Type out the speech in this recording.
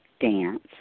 dance